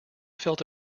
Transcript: felt